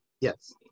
yes